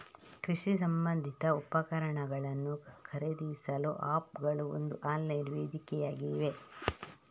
ಕೃಷಿ ಸಂಬಂಧಿತ ಉಪಕರಣಗಳನ್ನು ಖರೀದಿಸಲು ಆಪ್ ಗಳು ಒಂದು ಆನ್ಲೈನ್ ವೇದಿಕೆಯಾಗಿವೆ